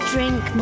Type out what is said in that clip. Drink